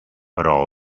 però